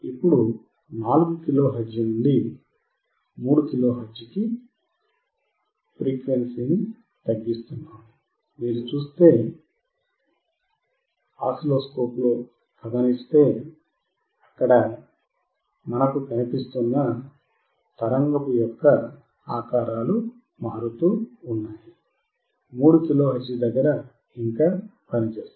ఇప్పుడు 4 kilohertz నుండి 3 kilohertz పంపిస్తున్నాము మీరు చుస్తే అవి మారుతూ ఉన్నాయి 3 కిలో హెర్ట్జ్ దగ్గర ఇంకా పనిచేస్తోంది